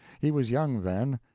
he was young then,